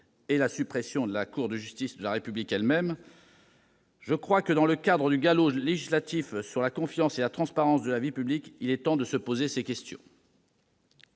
et la suppression de la CJR elle-même, je crois que, dans le cadre du « galop » législatif sur la confiance et la transparence de la vie publique, il est temps de se poser ces questions.